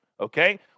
okay